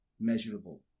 measurable